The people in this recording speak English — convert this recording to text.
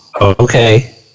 Okay